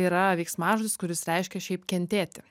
yra veiksmažodis kuris reiškia šiaip kentėti